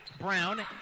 Brown